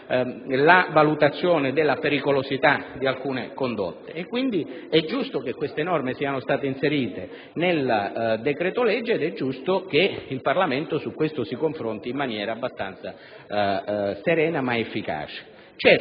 valutazione della pericolosità di alcune condotte. Quindi, è giusto che queste norme siano state inserite nel decreto-legge ed è giusto che il Parlamento su questo si confronti in maniera serena ed efficace.